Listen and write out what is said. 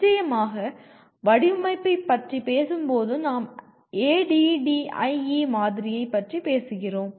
நிச்சயமாக வடிவமைப்பைப் பற்றி பேசும்போது நாம் ADDIE மாதிரியைப் பற்றி பேசுகிறோம்